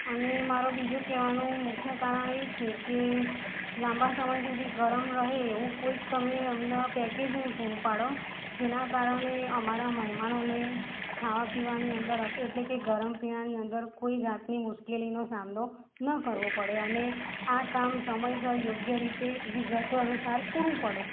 અને મારો બીજો કહેવાનો મુખ્ય કારણ એ છે કે લાંબા સમય સુધી ગરમ રહે એવું તમે અમને કોઈ પેકેજિંગ પૂરું પાડો જેના કારણે અમારા મહેમાનોને ખાવા પીવાની અંદર એટલે કે ગરમ પીણાંની અંદર કોઈ જાતની મુશ્કેલીનો સામનો ન કરવો પડે અને આ કામ સમયસર યોગ્યરીતે વિગત અનુસાર પૂરું પડે